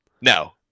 no